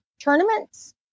tournaments